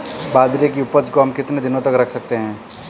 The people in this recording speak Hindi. बाजरे की उपज को हम कितने दिनों तक रख सकते हैं?